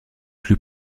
plus